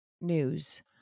news